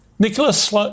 Nicholas